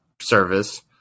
service